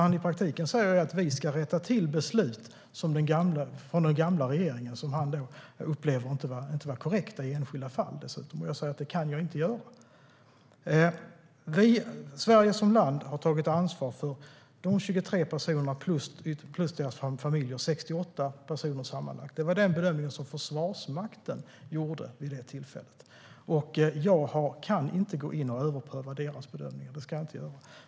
I praktiken säger han att vi ska rätta till beslut från den gamla regeringen som han upplever inte var korrekta, dessutom i enskilda fall. Jag sa att det kan jag inte göra. Sverige som land har tagit ansvar för 23 personer plus deras familjer, alltså sammanlagt 68 personer. Det var den bedömningen som Försvarsmakten gjorde vid det tillfället. Jag kan inte gå in och överpröva Försvarsmaktens bedömning, det ska jag inte göra.